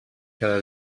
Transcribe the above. cada